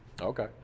Okay